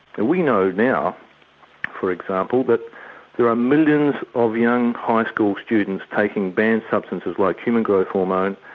and we know now for example that there are millions of young high school students taking banned substances like human growth hormone,